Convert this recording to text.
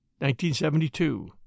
1972